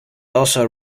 also